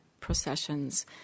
processions